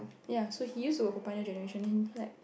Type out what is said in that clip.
ya so he used to work for pioneer-generation and then he like